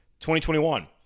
2021